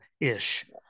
ish